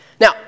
Now